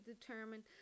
determine